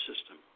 system